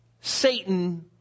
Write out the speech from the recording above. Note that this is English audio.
Satan